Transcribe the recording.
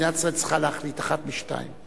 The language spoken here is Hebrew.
מדינת ישראל צריכה להחליט אחת משתיים,